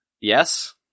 yes